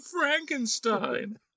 Frankenstein